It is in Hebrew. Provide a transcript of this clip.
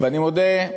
ואני מודה,